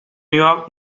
york